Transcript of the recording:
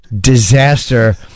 disaster